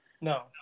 no